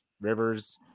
Rivers